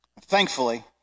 Thankfully